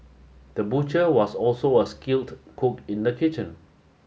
the butcher was also a skilled cook in the kitchen